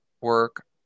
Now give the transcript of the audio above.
work